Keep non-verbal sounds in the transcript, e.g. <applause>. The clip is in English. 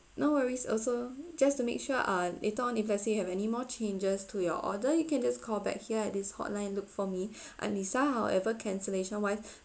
no worries also just to make sure ah later on if let say you have anymore changes to your order you can just call back here at this hotline and look for me <breath> I'm lisa however cancellation wise <breath>